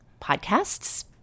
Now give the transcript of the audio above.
podcasts